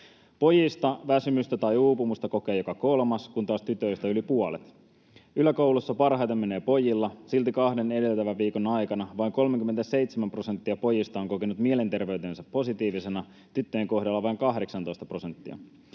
Pojista väsymystä tai uupumusta kokee joka kolmas, kun taas tytöistä yli puolet. Yläkoulussa parhaiten menee pojilla, mutta silti kahden edeltävän viikon aikana vain 37 prosenttia pojista on kokenut mielenterveytensä positiivisena, tyttöjen kohdalla vain 18 prosenttia.